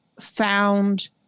found